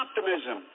optimism